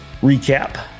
recap